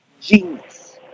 genius